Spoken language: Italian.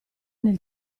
nel